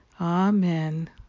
Amen